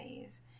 ways